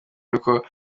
yuko